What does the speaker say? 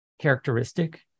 characteristic